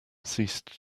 ceased